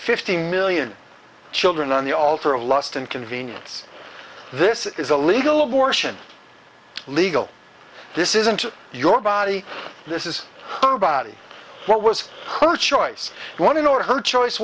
fifty million children on the altar of lust and convenience this is a legal abortion legal this isn't your body this is body what was her choice one or her choice